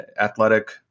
athletic